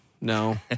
no